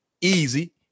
easy